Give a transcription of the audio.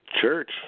church